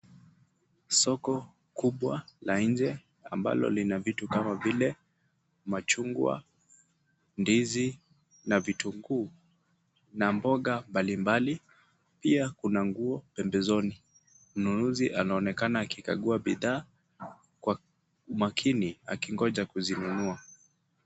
Soko kubwa la nje, ambalo lina vitu kama vile machungwa, ndizi na vitunguu na mboga mbalimbali. Pia kuna nguo pembezoni. Mnunuzi anaonekana akikagua bidhaa kwa makini, akingoja kuzinunua.